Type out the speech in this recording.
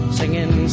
singing